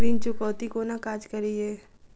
ऋण चुकौती कोना काज करे ये?